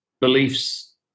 beliefs